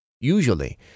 Usually